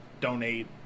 Donate